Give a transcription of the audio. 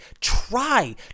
try